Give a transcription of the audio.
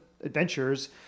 adventures